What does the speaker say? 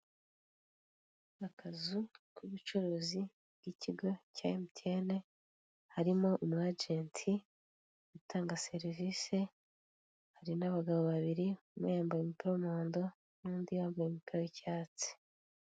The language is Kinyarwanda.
Akazu k'ubucuruzi k'ikigo cya emutiyeni harimo umu ajenti utanga serivise hari n'abagabo babiri umwe yambaye umupira w'umuhondo n'undi yambaye umupira w'icyatsi'